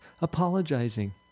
Apologizing